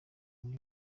new